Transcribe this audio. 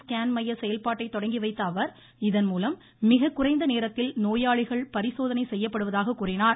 scan மைய செயல்பாட்டை தொடங்கி வைத்த அவர் இதன் மூலம் மிகக்குறைந்த நேரத்தில் நோயாளிகள் பரிசோதனை செய்யப்படுவதாக கூறினார்